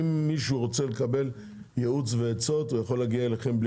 אם מישהו רוצה לקבל ייעוץ ועצות הוא יכול להגיע אליכם.